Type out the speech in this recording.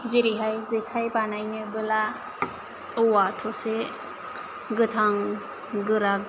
जेरैहाय जेखाय बानायनोबोला औवा थसे गोथां गोरा